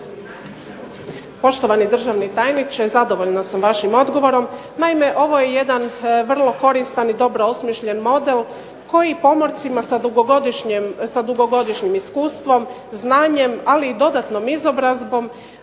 Poštovani državni tajniče, zadovoljna sam vašim odgovorom. Naime, ovo je jedan vrlo koristan i dobro osmišljen model koji pomorcima sa dugogodišnjim iskustvom, znanjem, ali i dodatnom izobrazbom